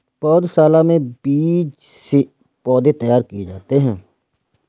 पौधशाला में बीज से पौधे तैयार किए जाते हैं